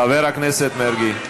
חבר הכנסת מרגי,